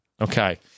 Okay